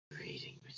reading